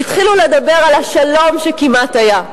והתחילו לדבר על השלום שכמעט היה.